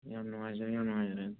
ꯌꯥꯝ ꯅꯨꯡꯉꯥꯏꯖꯔꯦ ꯌꯥꯝ ꯅꯨꯡꯉꯥꯏꯖꯔꯦ